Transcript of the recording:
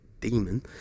demon